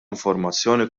informazzjoni